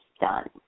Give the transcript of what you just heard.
done